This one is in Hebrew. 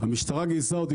המשטרה גייסה אותי,